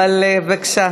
בבקשה.